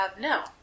no